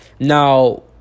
Now